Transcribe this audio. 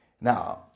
Now